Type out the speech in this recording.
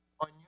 on